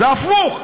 זה הפוך.